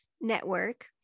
network